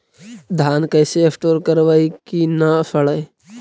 धान कैसे स्टोर करवई कि न सड़ै?